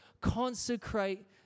Consecrate